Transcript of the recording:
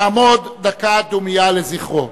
נעמוד דקה דומייה לזכרו.